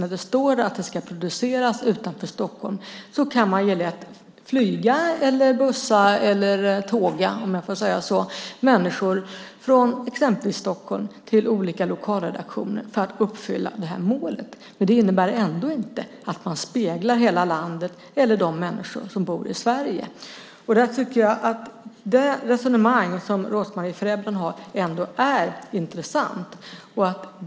När det står att programmet ska produceras utanför Stockholm kan man lätt flyga, bussa eller "tåga" människor från exempelvis Stockholm till olika lokalredaktioner för att uppfylla målet. Men det innebär ändå inte att man speglar hela landet eller de människor som bor i Sverige. Jag tycker att det resonemang som Rose-Marie Frebran för är intressant.